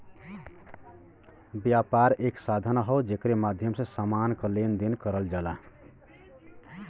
व्यापार एक साधन हौ जेकरे माध्यम से समान क लेन देन करल जाला